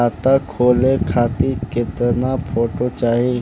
खाता खोले खातिर केतना फोटो चाहीं?